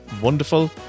wonderful